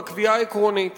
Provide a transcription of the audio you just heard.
בקביעה העקרונית